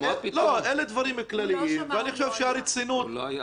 הוא לא היה.